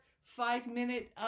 five-minute